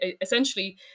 essentially